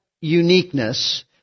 uniqueness